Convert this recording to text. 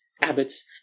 abbots